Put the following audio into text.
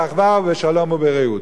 באחווה ובשלום וברעות.